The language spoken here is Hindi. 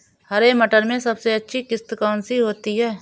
हरे मटर में सबसे अच्छी किश्त कौन सी होती है?